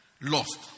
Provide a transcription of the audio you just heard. Lost